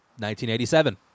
1987